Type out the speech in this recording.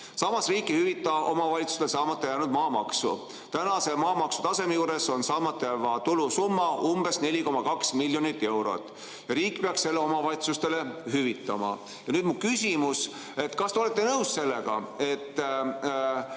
jne. Riik ei hüvita aga omavalitsustele saamata jäänud maamaksu. Tänase maamaksutaseme juures on saamata jääva tulu summa umbes 4,2 miljonit eurot ja riik peaks selle omavalitsustele hüvitama. Nüüd mu küsimus: kas te olete nõus sellega, et